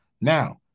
Now